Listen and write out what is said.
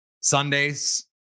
Sundays